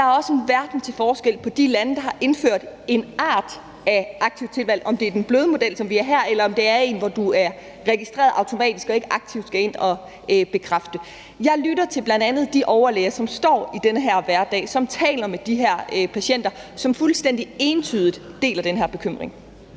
der er også en verden til forskel på de lande, der har indført en art af aktivt tilvalg, om det er den bløde model, som vi har her, eller om det er en, hvor du er registreret automatisk og ikke aktivt skal ind at bekræfte det. Jeg lytter til bl.a. de overlæger, som står i den her hverdag, som taler med de her patienter, og som fuldstændig entydigt deler den her bekymring.